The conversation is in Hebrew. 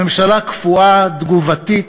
הממשלה קפואה, תגובתית,